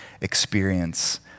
experience